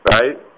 right